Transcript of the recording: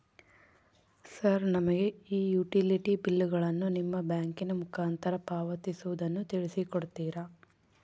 Sir ನಮಗೆ ಈ utility ಬಿಲ್ಲುಗಳನ್ನು ನಿಮ್ಮ ಬ್ಯಾಂಕಿನ ಮುಖಾಂತರ ಪಾವತಿಸುವುದನ್ನು ತಿಳಿಸಿ ಕೊಡ್ತೇರಾ?